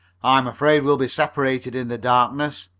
i'm afraid we'll be separated in the darkness,